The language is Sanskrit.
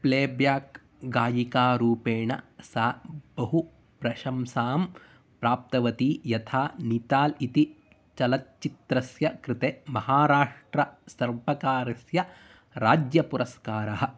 प्लेबेक् गायिकारूपेण सा बहु प्रशंसां प्राप्तवती यथा निताल् इति चलच्चित्रस्य कृते महाराष्ट्रसर्वकारस्य राज्यपुरस्कारः